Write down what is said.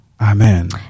Amen